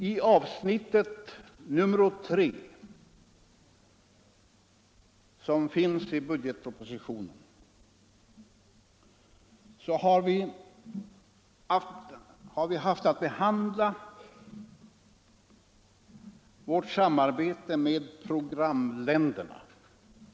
I avsnittet 3 i utskottets betänkande behandlas vårt samarbete med programländerna.